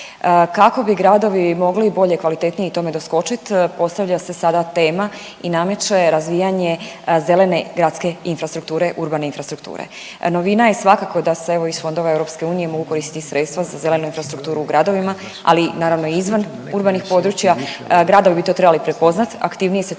Kako bi gradovi mogli bolje i kvalitetnije tome doskočiti postavlja se sada tema i nameće razvijanje gradske infrastrukture, urbane infrastrukture. Novina je svakako da se evo iz fondova EU mogu koristiti sredstva za zelenu infrastrukturu u gradovima, ali naravno i izvan urbanih područja. Gradovi bi to trebali prepoznat, aktivnije se tu